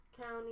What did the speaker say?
County